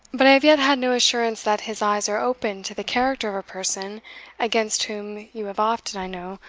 but i have yet had no assurance that his eyes are opened to the character of a person against whom you have often, i know,